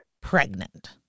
pregnant